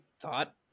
thought